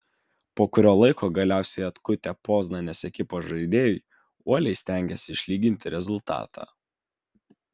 po kurio laiko galiausiai atkutę poznanės ekipos žaidėjai uoliai stengėsi išlyginti rezultatą